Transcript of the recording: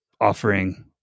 offering